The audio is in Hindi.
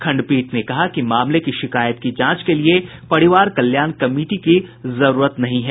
खंडपीठ ने कहा कि मामले की शिकायत की जांच के लिए परिवार कल्याण कमेटी की जरूरत नहीं है